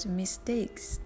mistakes